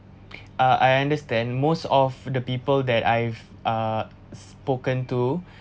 ah I understand most of the people that I've uh spoken to